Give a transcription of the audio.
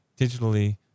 digitally